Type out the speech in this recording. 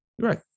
Right